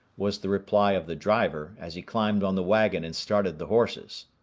was the reply of the driver, as he climbed on the wagon and started the horses.